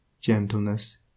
gentleness